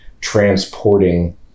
transporting